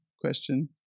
question